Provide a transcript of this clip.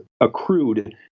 accrued